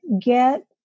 get